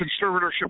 conservatorship